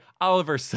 Oliver